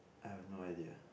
I have no idea